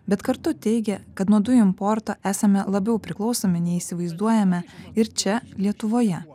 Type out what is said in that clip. bet kartu teigė kad nuo dujų importo esame labiau priklausomi nei įsivaizduojame ir čia lietuvoje